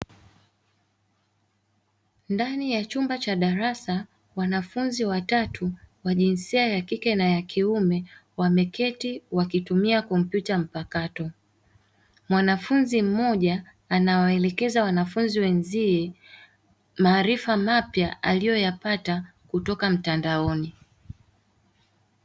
Ndani ya chumba cha darasa wanafunzi watatu wa jinsia ya kike na ya kiume, wameketi wakitumia kompyuta mpakato, mwanafunzi mmoja anawaelekeza wanafunzi wenzie maarifa mapya aliyo yapata kutoka mtandaoni.